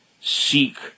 seek